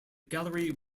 gallery